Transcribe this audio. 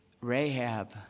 Rahab